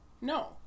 No